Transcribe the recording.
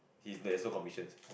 he's there's no commissions